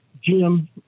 Jim